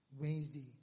Wednesday